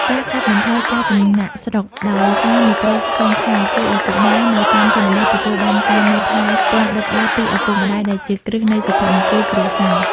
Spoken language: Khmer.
ការកាត់បន្ថយការចំណាកស្រុកដោយសារមីក្រូហ្វ្រេនឆាយ ជួយឱ្យកុមារនៅតាមជនបទទទួលបានការមើលថែទាំដិតដល់ពីឪពុកម្ដាយ ដែលជាគ្រឹះនៃសុភមង្គលគ្រួសារ។